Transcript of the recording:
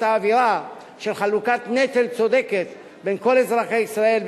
האווירה של חלוקת נטל צודקת בין כל אזרחי ישראל,